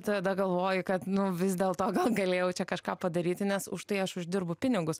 tada galvoji kad nu vis dėl to gal galėjau čia kažką padaryti nes už tai aš uždirbu pinigus